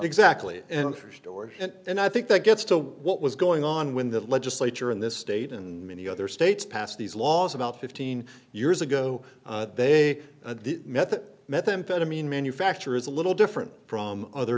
or and i think that gets to what was going on when the legislature in this state and many other states passed these laws about fifteen years ago they met that methamphetamine manufacturer is a little different from other